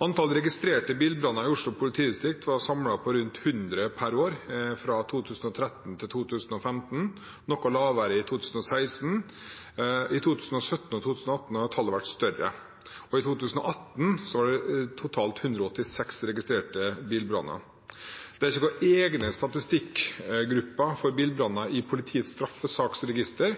Antall registrerte bilbranner i Oslo politidistrikt var samlet på rundt 100 per år fra 2013 til 2015 – noe lavere i 2016. I 2017 og 2018 har tallet vært større, og i 2018 var det totalt 186 registrerte bilbranner. Det er ikke noen egne statistikkgrupper for bilbranner i politiets straffesaksregister,